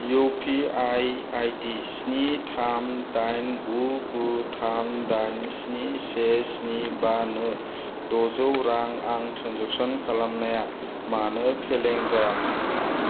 UPI आइदि स्नि थाम डाइन गु गु थाम डाइन स्नि से स्नि बा नो द'जौ रां आं ट्रेन्जेक्सन खालामनाया मानो फेलें जायामोन